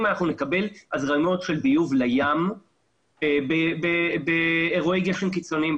אנחנו נקבל הזרמות של ביוב לים באירועי גשם קיצוניים.